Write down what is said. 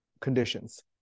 conditions